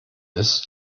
ist